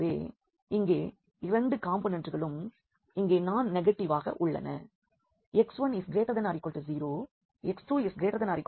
எனவே இங்கே இரண்டு காம்போனெண்ட்களும் இங்கே நான் நெகட்டிவ்வாக உள்ளன x1≥0x2≥0